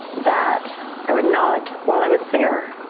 that i would not, while i was there,